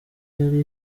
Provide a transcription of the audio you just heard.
yari